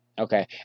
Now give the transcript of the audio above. Okay